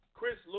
Chris